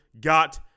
got